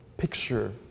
picture